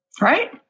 right